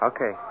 Okay